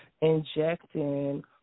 injecting